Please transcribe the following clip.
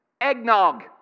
Eggnog